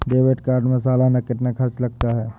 Debit card में सालाना कितना खर्च लगता है?